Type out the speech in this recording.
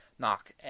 knock